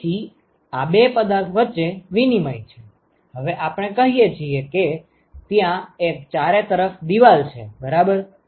તેથી આ બે પદાર્થ વચ્ચે વિનિમય છે હવે આપણે કહીએ કે ત્યાં એક ચારે તરફ દીવાલ છે બરાબર